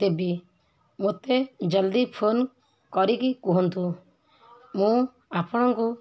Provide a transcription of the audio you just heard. ଦେବି ମୋତେ ଜଲ୍ଦି ଫୋନ୍ କରିକି କୁହନ୍ତୁ ମୁଁ ଆପଣଙ୍କୁ